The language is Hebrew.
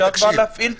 תקשיב,